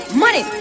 money